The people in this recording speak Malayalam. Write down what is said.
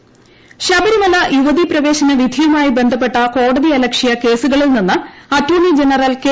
കെ വേണുഗോപാൽ ശബരിമല യുവതീ പ്രവേശന വിധിയുമായി ബന്ധപ്പെട്ട കോടതിയലക്ഷ്യ കേസുകളിൽ നിന്ന് അറ്റോർണി ജനറൽ കെ